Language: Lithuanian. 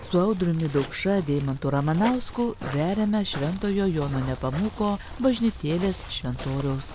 su audriumi daukša deimantu ramanausku veriame šventojo jono nepomuko bažnytėlės šventoriaus